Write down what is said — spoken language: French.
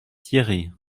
thiéry